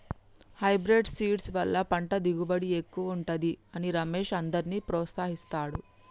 hybrid seeds వల్ల పంట దిగుబడి ఎక్కువుంటది అని రమేష్ అందర్నీ ప్రోత్సహిస్తాడు